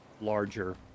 larger